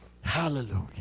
hallelujah